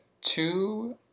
two